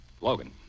Logan